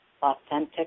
authentic